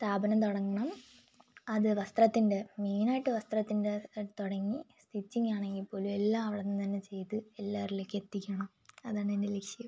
സ്ഥാപനം തുടങ്ങണം അത് വസ്ത്രത്തിൻ്റെ മെയിനായിട്ട് വസ്ത്രത്തിൻ്റെ തുടങ്ങി സ്റ്റിച്ചിങ്ങാണെങ്കിൽപ്പോലും എല്ലാം അവിടെ നിന്ന് തന്നെ ചെയ്ത് എല്ലാവരിലേക്കും എത്തിക്കണം അതാണെൻ്റെ ലക്ഷ്യം